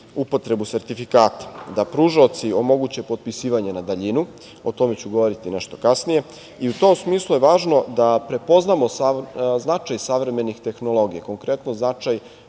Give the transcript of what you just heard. upotrebu sertifikata, da pružaoci omoguće potpisivanje na daljinu, o tome ću govoriti nešto kasnije, i u tom smislu je važno da prepoznamo značaj savremenih tehnologija, konkretno značaj